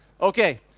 Okay